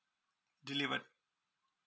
delivered